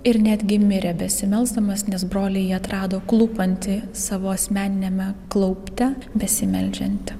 ir netgi mirė besimelsdamas nes broliai jį atrado klūpantį savo asmeniniame klaupte besimeldžiantį